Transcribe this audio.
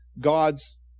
God's